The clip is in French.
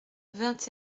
vingt